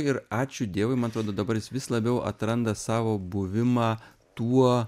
ir ačiū dievui man atrodo dabar jis vis labiau atranda savo buvimą tuo